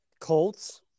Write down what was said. Colts